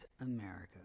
America